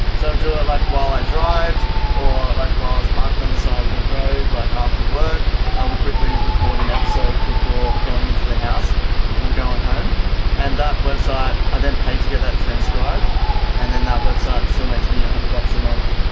so do it like while i drive or like while i was parked on the side of the road, like after work i would quickly record an episode before going into the house before going home and that website other than paid to get that transcribed and then that website still so makes me a hundred bucks a month,